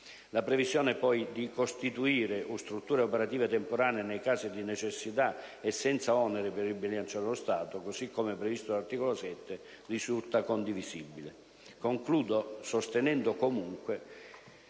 La previsione poi di costituire strutture operative temporanee nei casi di necessità e senza ulteriori oneri per il bilancio dello Stato, così come previsto all'articolo 7, risulta condivisibile. Concludo sostenendo comunque